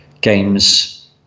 games